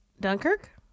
Dunkirk